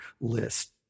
list